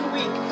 Week